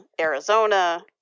Arizona